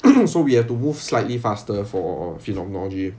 so we have to move slightly faster for phenomenology